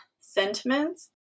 sentiments